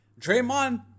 Draymond